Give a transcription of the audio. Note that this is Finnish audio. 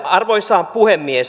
arvoisa puhemies